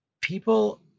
People